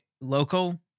Local